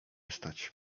stać